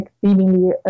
seemingly